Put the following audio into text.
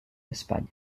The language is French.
espagne